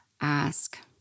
ask